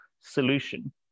solution